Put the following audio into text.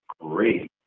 great